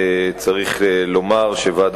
הוא לא צריך מזל, צריך רק רצון הדדי.